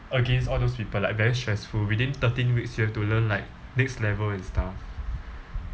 against all those people like very stressful within thirteen weeks you have to learn like next level and stuff